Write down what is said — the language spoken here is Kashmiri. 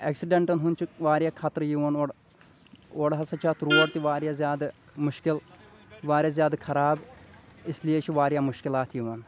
اٮ۪کسہِ ڈنٹن ہُنٛد چھُ واریاہ خطرٕ یِوان اورٕ اورٕ ہسا چھِ اتھ روڑ تہِ واریاہ زیادٕ مُشکِل واریاہ زیادٕ خراب اسلیے چھِ واریاہ مُشکلات یِوان